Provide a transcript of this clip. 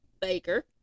Baker